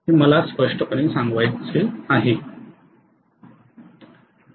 हे मला स्पष्टपणे सांगावयाचे आहे